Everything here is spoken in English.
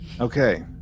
okay